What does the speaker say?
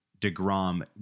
DeGrom